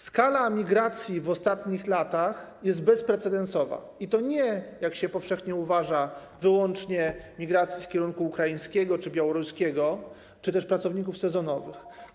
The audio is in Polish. Skala migracji w ostatnich latach jest bezprecedensowa, i nie chodzi tu, jak się powszechnie uważa, wyłącznie o migrację z kierunku ukraińskiego czy białoruskiego czy też pracowników sezonowych.